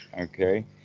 Okay